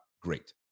great